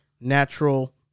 natural